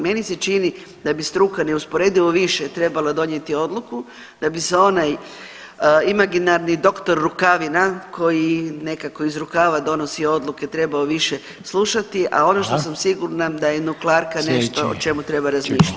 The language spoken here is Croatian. Meni se čini da bi struka neusporedivo više trebala donijeti odluku da bi se onaj imaginarni dr. Rukavina koji nekako iz rukava donosi odluke trebao više slušati, a ono što sam sigurna da je nuklearka nešto o čemu treba razmišljat.